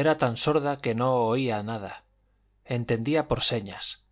era tan sorda que no oía nada entendía por señas